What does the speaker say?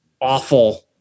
awful